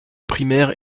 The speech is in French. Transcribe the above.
primaire